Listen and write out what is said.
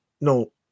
No